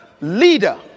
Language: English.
leader